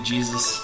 Jesus